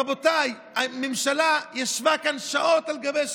רבותיי, הממשלה ישבה כאן שעות על גבי שעות.